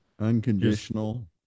unconditional